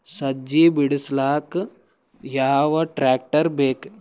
ಸಜ್ಜಿ ಬಿಡಿಸಿಲಕ ಯಾವ ಟ್ರಾಕ್ಟರ್ ಬೇಕ?